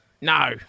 No